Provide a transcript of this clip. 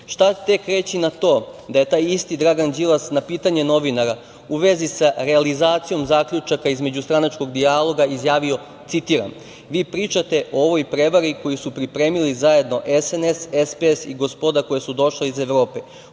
Šta tek reći na to da je taj Dragan Đilas na pitanje novinara u vezi sa realizacijom zaključaka iz međustranačkog dijaloga izjavio, citiram: „ Vi pričate o ovoj prevari koju su pripremili zajedno SNS, SPS i gospoda koja su došla iz Evrope.